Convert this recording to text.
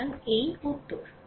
সুতরাং এই উত্তর